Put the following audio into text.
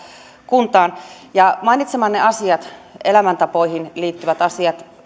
kuntiin mainitsemanne elämäntapoihin liittyvät asiat